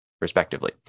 respectively